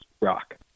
rock